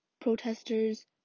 protesters